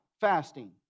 fasting